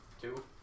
Two